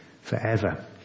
forever